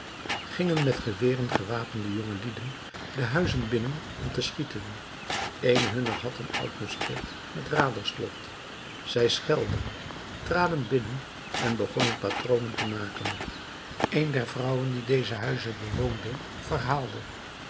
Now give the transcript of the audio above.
gingen met geweren gewapende jongelieden de huizen binnen om te schieten een hunner had een oud musket met raderslot zij schelden traden binnen en begonnen patronen te maken een der vrouwen die deze huizen bewoonden verhaalde